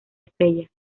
estrella